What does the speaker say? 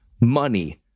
money